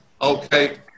okay